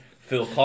Phil